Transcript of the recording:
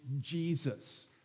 Jesus